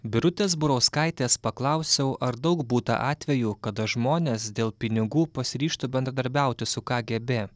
birutės burauskaitės paklausiau ar daug būta atvejų kada žmonės dėl pinigų pasiryžtų bendradarbiauti su kgb